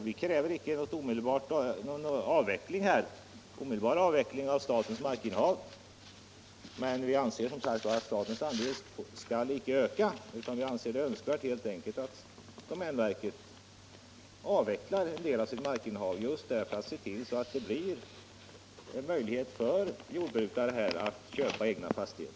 Vi kräver icke omedelbar avveckling av statens markinnehav. Men vi anser som sagt att statens andel icke skall öka. Vi anser det helt enkelt önskvärt att domänverket avvecklar en del av sitt markinnehav just för att se till att det blir möjligt för jordbrukare att köpa egna fastigheter.